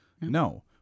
No